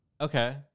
Okay